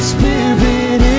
Spirit